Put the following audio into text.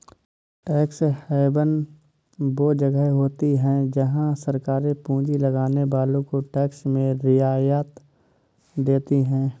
tax haven वो जगह होती हैं जहाँ सरकारे पूँजी लगाने वालो को टैक्स में रियायत देती हैं